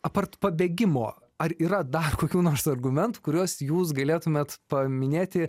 apart pabėgimo ar yra dar kokių nors argumentų kuriuos jūs galėtumėt paminėti